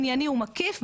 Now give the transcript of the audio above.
ענייני ומקיף,